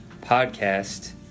podcast